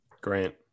Grant